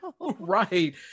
right